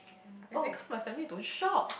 as in because my family don't shop